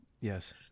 Yes